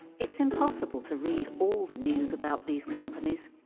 it's impossible to read all the news about these companies.